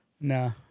No